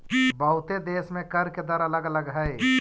बहुते देश में कर के दर अलग अलग हई